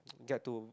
get to